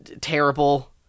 terrible